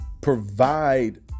provide